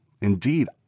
Indeed